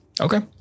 Okay